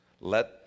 Let